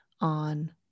on